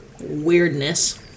weirdness